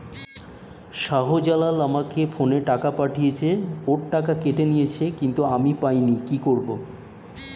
শাহ্জালাল আমাকে ফোনে টাকা পাঠিয়েছে, ওর টাকা কেটে নিয়েছে কিন্তু আমি পাইনি, কি করব?